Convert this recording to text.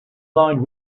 lined